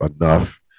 enough